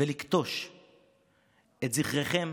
ולכתוש את זכרכם,